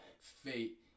Fate